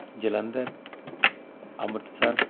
Jalandhar Amritsar